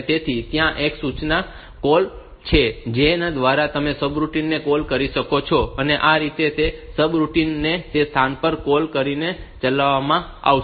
તેથી ત્યાં એક સૂચના કૉલ છે કે જેના દ્વારા તમે સબરૂટિન ને કૉલ કરી શકો છો અને આ રીતે તે સબરૂટિન ને તે સ્થાન પર કૉલ કરીને ચલાવવામાં આવશે